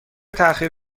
تاخیر